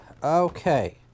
Okay